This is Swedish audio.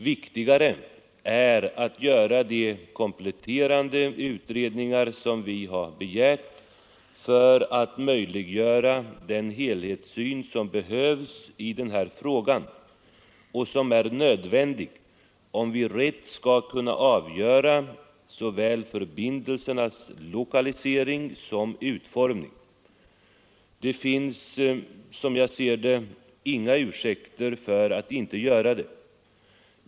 Viktigare är att göra de kompletterande utredningar som vi har begärt för att möjliggöra den helhetssyn som är nödvändig i den här frågan, om vi rätt skall kunna avgöra såväl förbindelsernas lokalisering som deras utformning. Det finns som jag ser det inga ursäkter för att inte göra det.